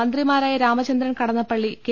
മന്ത്രിമാരായ Ramachandran Kadannappally K